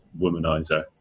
womanizer